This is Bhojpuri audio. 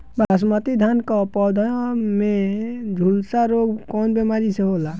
बासमती धान क पौधा में झुलसा रोग कौन बिमारी से होला?